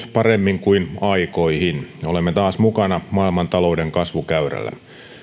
paremmin kuin aikoihin olemme taas mukana maailmantalouden kasvukäyrällä